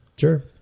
Sure